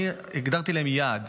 אני הגדרתי להם יעד: